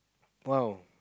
!wow!